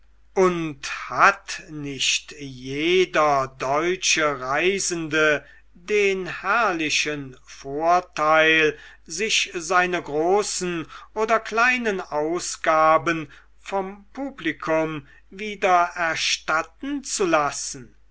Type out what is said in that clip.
und hat nicht jeder deutsche reisende den herrlichen vorteil sich seine großen und kleinen ausgaben vom publikum wiedererstatten zu lassen